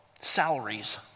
salaries